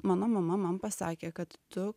mano mama man pasakė kad tu